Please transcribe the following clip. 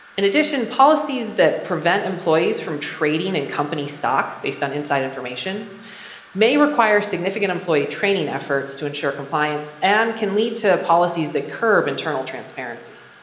in addition, policies that prevent employees from trading a and company stock based on inside information may require significant employee training efforts to ensure compliance and can lead to policies that curb internal transparency.